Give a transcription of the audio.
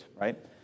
right